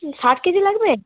ষাট কেজি লাগবে